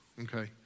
Okay